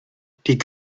die